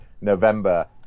November